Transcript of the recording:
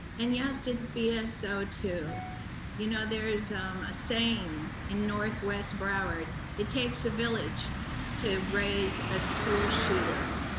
and yes, it's bso ah so too. you know, there is a saying in northwest broward, it takes a village to raise a school shooter.